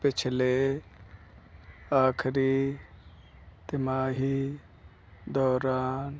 ਪਿਛਲੇ ਆਖਰੀ ਤਿਮਾਹੀ ਦੌਰਾਨ